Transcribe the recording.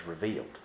revealed